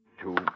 two